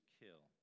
kill